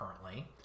currently